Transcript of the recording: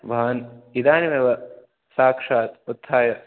भवान् इदानीमेव साक्षात् उत्थाय